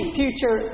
future